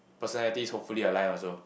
personalities hopefully aligned also